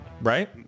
Right